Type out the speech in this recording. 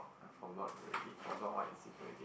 I forgot already forgot what is it already